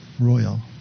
royal